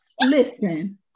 listen